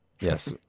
Yes